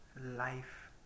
life